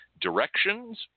directions